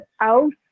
out